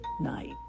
night